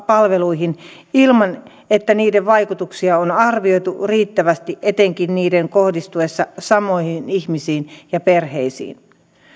palveluihin ilman että niiden vaikutuksia on arvioitu riittävästi etenkin niiden kohdistuessa samoihin ihmisiin ja perheisiin